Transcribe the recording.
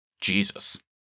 Jesus